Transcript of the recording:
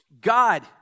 God